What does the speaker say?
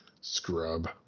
Scrub